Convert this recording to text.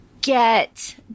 get